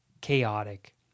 chaotic